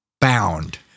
bound